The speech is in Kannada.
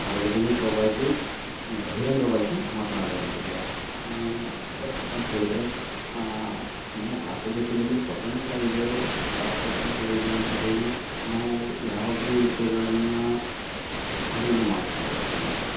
ಸಾರ್ವಜನಿಕವಾಗಿ ಬಹಿರಂಗವಾಗಿ ಮಾತನಾಡುವಂತಿಲ್ಲ ಯಾಕಪ್ಪ ಅಂತ್ಹೇಳಿದ್ರೆ ನಮ್ಮ ಭಾರತ ದೇಶದಲ್ಲಿ ಸ್ವತಂತ್ರ ಇದೇ ವಾಕ್ ಸ್ವತಂತ್ರ ಇದೆ ಅಂತಹೇಳಿ ನಾವು ಯಾವುದೇ ವಿಷಯಗಳನ್ನ ದಾರಿಯಲ್ಲಿ ಮಾತನಾಡುವ ಹಾಗಿಲ್ಲ